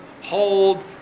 hold